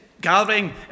gathering